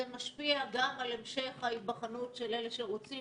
זה משפיע גם על המשך ההיבחנות של אלה שרוצים